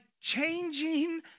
changing